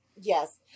Yes